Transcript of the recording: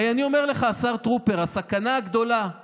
הרי אני אומר לך, השר טרופר: הסכנה הגדולה היא